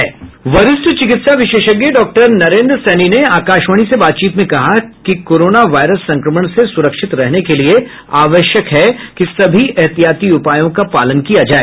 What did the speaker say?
वरिष्ठ चिकित्सा विशेषज्ञ डॉक्टर नरेंद्र सैनी ने आकाशवाणी से बातचीत में कहा है कि कोरोनो वायरस संक्रमण से सुरक्षित रहने के लिए आवश्यक है कि सभी एहतियाती उपायों का पालन किया जाए